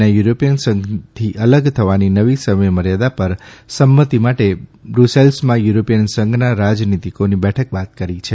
ના યુરોપિયન સંઘથી અલગ થવાની નવી સમયમર્યાદા પર સંમતિ માટે બ્રસેલ્સમાં યુરોપીયન સંઘના રાજનિતિકોની બેઠક બાદ કરી છે